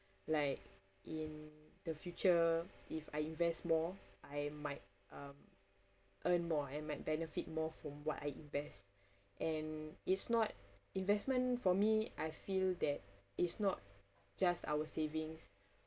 like in the future if I invest more I might um earn more and I might benefit more from what I invest and it's not investment for me I feel that it's not just our savings